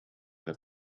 the